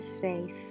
faith